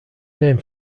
named